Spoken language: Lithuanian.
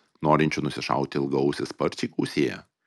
norinčių nusišauti ilgaausį sparčiai gausėja